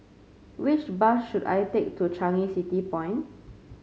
which bus should I take to Changi City Point